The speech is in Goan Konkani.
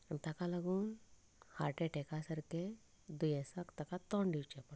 आनी ताका लागून हार्ट अटॅका सारकें दुयेंसांक तांकां तोंड दिवचें पडटा